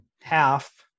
half